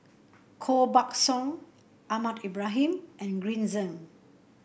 Koh Buck Song Ahmad Ibrahim and Green Zeng